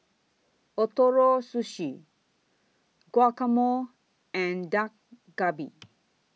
Ootoro Sushi Guacamole and Dak Galbi